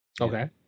okay